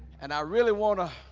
and i really want to